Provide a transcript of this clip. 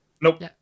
nope